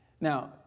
Now